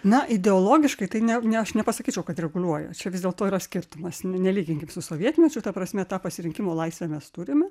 na ideologiškai tai ne ne aš nepasakyčiau kad reguliuoja čia vis dėlto yra skirtumas ne nelyginkim su sovietmečiu ta prasme tą pasirinkimo laisvę mes turime